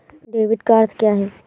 Debit का अर्थ क्या है?